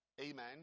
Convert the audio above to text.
amen